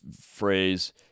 phrase